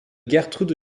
gertrude